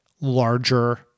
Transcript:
larger